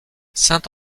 saint